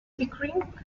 pickering